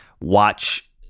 watch